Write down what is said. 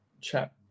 chat